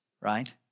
right